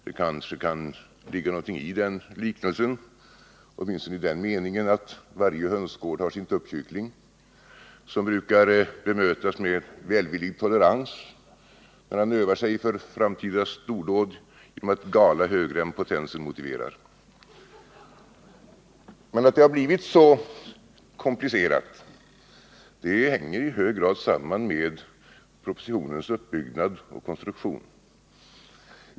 Det kanske kan ligga någonting i den liknelsen, åtminstone i den meningen att varje hönsgård har sin tuppkyckling, som brukar bemötas med välvillig tolerans när han övar sig för framtida stordåd genom att gala högre än potensen motiverar. Men att det har blivit så komplicerat hänger i hög grad samman med propositionens uppbyggnad och konstruktion.